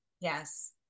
Yes